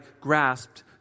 grasped